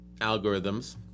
algorithms